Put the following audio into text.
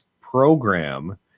program